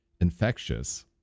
Infectious